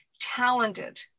talented